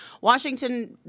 Washington